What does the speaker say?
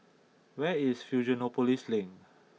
where is Fusionopolis Link